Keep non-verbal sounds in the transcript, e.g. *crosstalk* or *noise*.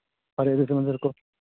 ꯐꯔꯦ ꯑꯗꯨꯗꯤ *unintelligible*